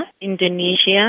Indonesia